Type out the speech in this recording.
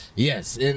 Yes